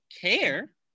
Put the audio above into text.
care